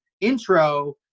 intro